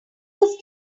was